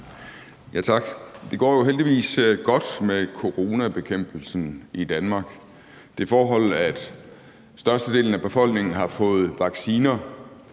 Tak. Det går jo heldigvis godt med coronabekæmpelsen i Danmark. Det forhold, at størstedelen af befolkningen har fået vaccinen,